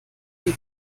die